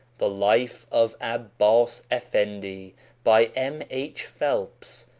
the life of abbas effendi by m. h. phelps.